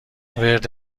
ورد